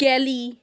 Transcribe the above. कॅली